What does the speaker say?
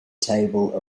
table